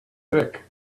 thick